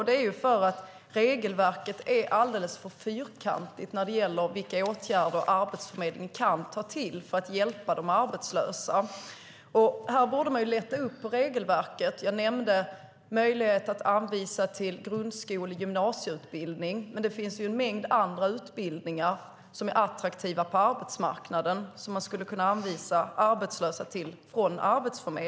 Det har skett på grund av att regelverket är alldeles för fyrkantigt när det gäller vilka åtgärder som Arbetsförmedlingen kan ta till för att hjälpa de arbetslösa. Här borde man lätta på regelverket. Jag nämnde möjligheter att anvisa till grundskole och gymnasieutbildning. Men det finns en mängd andra utbildningar som är attraktiva på arbetsmarknaden som Arbetsförmedlingen skulle kunna anvisa arbetslösa till.